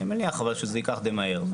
אני מניח שזה ייקח די מהר.